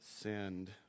send